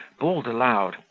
bawled aloud,